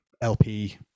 lp